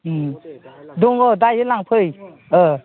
उम दङ दायो लांफै ओह